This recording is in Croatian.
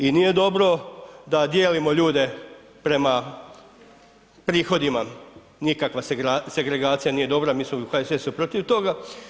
I nije dobro da dijelimo ljude prema prihodima, nikakva segregacija nije dobro, mi smo u HSS-u protiv toga.